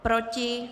Proti?